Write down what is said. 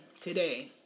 today